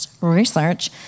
research